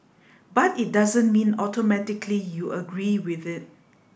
but it doesn't mean automatically you agree with it